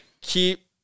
keep